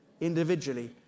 individually